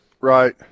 Right